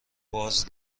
باز